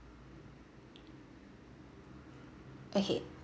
okay